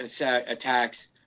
attacks